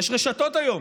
יש רשתות היום.